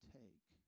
take